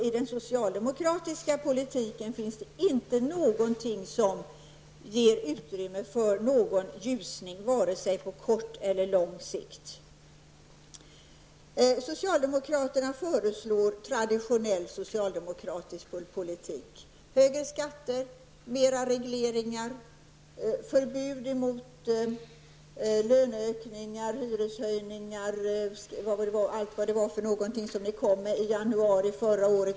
I den socialdemokratiska politiken finns det inte någonting som ger utrymme för någon ljusning, vare sig på kort eller på lång sikt. Socialdemokraterna föreslår traditionell socialdemokratisk politik: högre skatter, mera regleringar, förbud emot löneökningar, hyreshöjningar och allt vad det var som ni kom med i januari förra året.